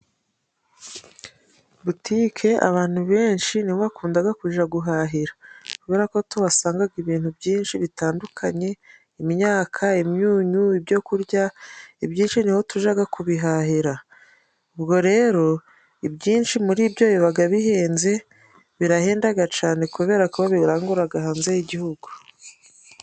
Butike abantu benshi niho bakunda kujya guhahira, kubera ko tuhasanga ibintu byinshi bitandukanye: imyaka ,imyunyu, ibyo kurya ibyinshi niho tujya kubihahira, ubwo rero ibyinshi muri byo biba bihenze, birahenda cyane kubera ko babirangura hanze y'igihugu.